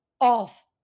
off